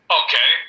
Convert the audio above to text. okay